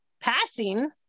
passing